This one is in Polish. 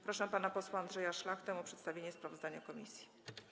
Proszę pana posła Andrzeja Szlachtę o przedstawienie sprawozdania komisji.